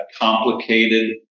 complicated